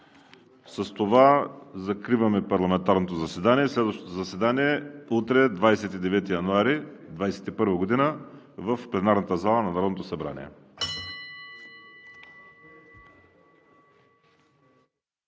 С това закривам парламентарното заседание. Следващото заседание е утре – 29 януари 2021 г., в пленарната зала на Народното събрание.